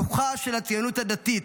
רוחה של הציונות הדתית,